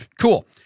Cool